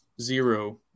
Zero